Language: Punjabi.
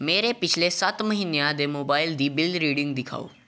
ਮੇਰੇ ਪਿਛਲੇ ਸੱਤ ਮਹੀਨਿਆਂ ਦੇ ਮੋਬਾਈਲ ਦੀ ਬਿਲ ਰੀਡਿੰਗ ਦਿਖਾਓ